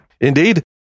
indeed